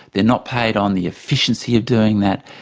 they're not paid on the efficiency of doing that,